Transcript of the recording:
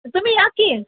तर तुम्ही या की